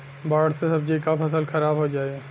बाढ़ से सब्जी क फसल खराब हो जाई